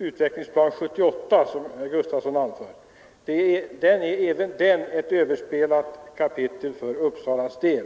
Utvecklingsplan 68, är också ett överspelat kapitel för Uppsalas del.